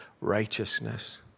righteousness